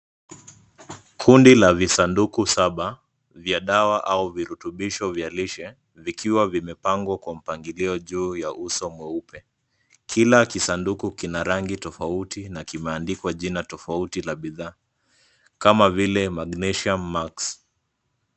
Kundi la visanduku saba vya dawa au virutubisho vya lishe, vikiwa vimepangwa kwa mpangilio juu ya uso mweupe. Kila kisanduku kina rangi tofauti na kimeandikwa jina tofauti la bidhaa, kama vile Magnesium Max .